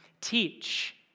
teach